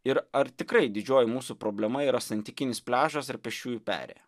ir ar tikrai didžioji mūsų problema yra santykinis pliažas ir pėsčiųjų perėją